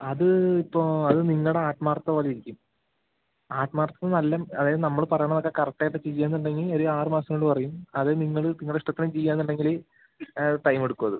അത് ഇപ്പോൾ അത് നിങ്ങളുടെ ആത്മാർത്ഥത പോലെ ഇരിക്കും ആത്മാർത്ഥത നല്ല അതായത് നമ്മൾ പറയണതൊക്കെ കറക്ട് ആയിട്ട് തിരിയുന്നുണ്ടെങ്കിൽ ഒര് ആറ് മാസത്തിനുള്ളിൽ കുറയും അത് നിങ്ങൾ നിങ്ങളുടെ ഇഷ്ടത്തിന് ചെയ്യാമെന്ന് ഉണ്ടെങ്കിൽ ടൈം എടുക്കും അത്